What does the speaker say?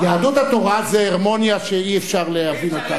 יהדות התורה זו הרמוניה שאי-אפשר להבין אותה.